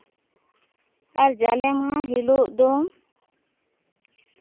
ᱟᱨ ᱡᱟᱞᱮ ᱢᱟᱦᱟ ᱦᱤᱞᱳᱜ ᱫᱚ